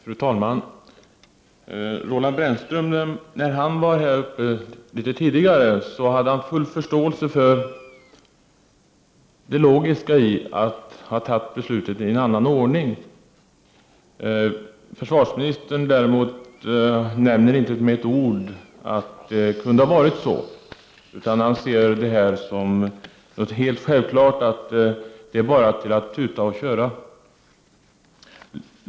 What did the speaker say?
Fru talman! När Roland Brännström var i talarstolen litet tidigare hade han full förståelse för det logiska i att ha fattat beslutet i annan ordning. Försvarsministern nämner däremot inte med ett ord att det kunde ha varit så. Han ser det som någonting helt självklart att bara tuta och köra.